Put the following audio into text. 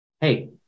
Hey